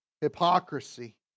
hypocrisy